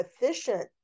efficient